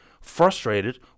frustrated